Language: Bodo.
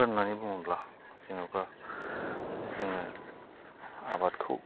होननानै बुङोब्ला जेनेबा जोङो आबादखौ